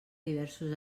diversos